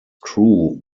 crew